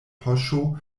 poŝo